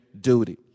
duty